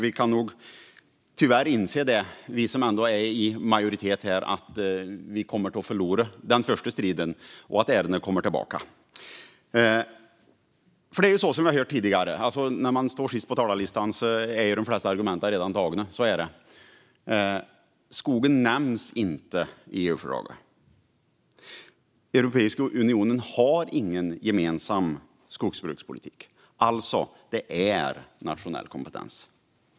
Vi som är i majoritet får nog inse att vi tyvärr kommer att förlora den första striden och att ärendet kommer tillbaka. När man står sist på talarlistan är de flesta argument redan anförda. Skogen nämns inte i EU-fördraget. Europeiska unionen har ingen gemensam skogsbrukspolitik. Alltså är det nationell kompetens.